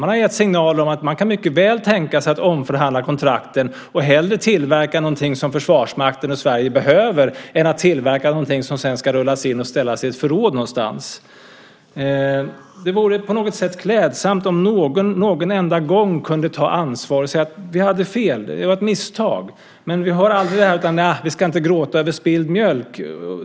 Man har gett signaler om att man mycket väl kan tänka sig att omförhandla kontrakten och hellre tillverka någonting som Försvarsmakten och Sverige behöver än att tillverka någonting som sedan ska rullas in och ställas i ett förråd någonstans. Det vore på något sätt klädsamt om någon någon enda gång kunde ta ansvar och säga: Vi hade fel, det var ett misstag. Men vi hör aldrig det utan att vi inte ska gråta över spilld mjölk.